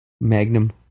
Magnum